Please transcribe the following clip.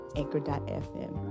anchor.fm